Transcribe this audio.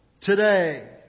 today